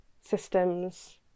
systems